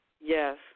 Yes